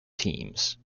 teams